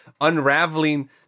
unraveling